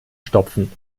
stopfen